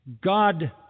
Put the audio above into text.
God